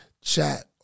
chat